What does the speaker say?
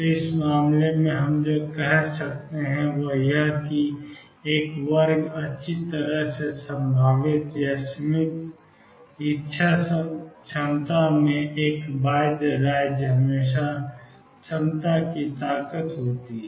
तो इस मामले में हम जो कह सकते हैं वह यह है कि एक वर्ग अच्छी तरह से संभावित या सीमित इच्छा क्षमता में एक बाध्य राज्य हमेशा क्षमता की ताकत होती है